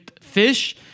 fish